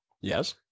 yes